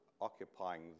occupying